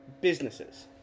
businesses